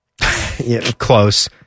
Close